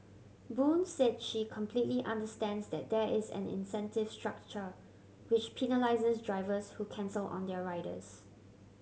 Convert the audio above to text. Boon said she completely understands that there is an incentive structure which penalises drivers who cancel on their riders